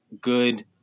good